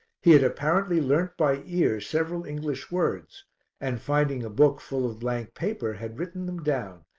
he had apparently learnt by ear several english words and, finding a book full of blank paper, had written them down,